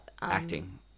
Acting